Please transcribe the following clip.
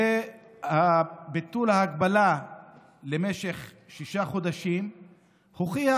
ביטול ההגבלה למשך שישה חודשים הוכיח